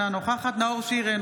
אינה נוכחת נאור שירי,